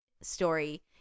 story